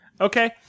Okay